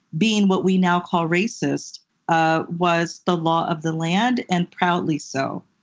being what we now call racist ah was the law of the land and proudly so.